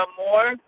more